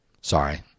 Sorry